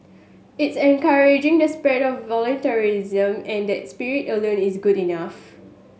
it's encouraging the spread of voluntarism and that spirit alone is good enough